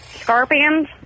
Scorpions